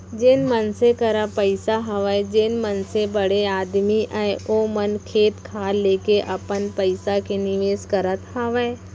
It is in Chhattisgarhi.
जेन मनसे करा पइसा हवय जेन मनसे बड़े आदमी अय ओ मन खेत खार लेके अपन पइसा के निवेस करत हावय